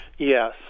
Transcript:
Yes